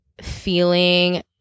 feeling